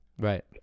right